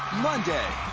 monday